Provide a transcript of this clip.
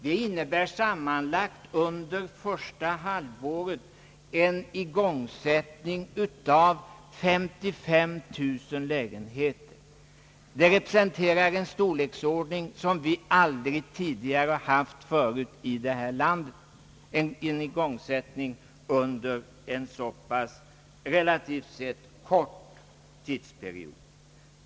Det innebär en igångsättning under första halvåret av sammanlagt 55000 lägenheter, inklusive eftersläpningen. Det representerar en storleksordning som vi aldrig tidigare haft i detta land under en så pass kort tid.